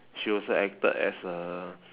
she also acted as a